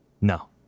no